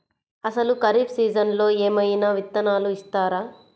అసలు ఖరీఫ్ సీజన్లో ఏమయినా విత్తనాలు ఇస్తారా?